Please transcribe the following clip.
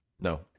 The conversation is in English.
no